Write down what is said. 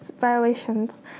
violations